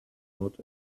not